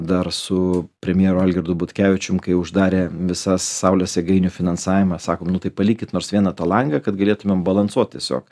dar su premjeru algirdu butkevičium kai uždarė visas saulės jėgainių finansavimą sako nu tai palikit nors vieną tą langą kad galėtumėm balansuot tiesiog